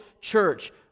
church